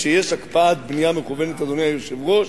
כשיש הקפאת בנייה מכוונת, אדוני היושב-ראש,